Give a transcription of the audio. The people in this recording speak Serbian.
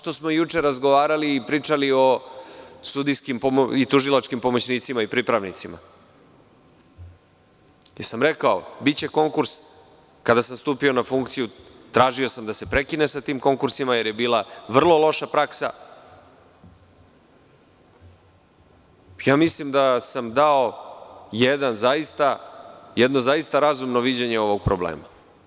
Juče smo razgovarali i pričali o sudijskim i tužilačkim pomoćnicima i pripravnicima, lepo sam rekao, biće konkursa, kada sam stupio na funkciju, tražio sam da se prekine sa tim konkursima, jer je bila vrlo loša praksa i mislim da sam onda dao jedno zaista razumno viđenje ovog problema.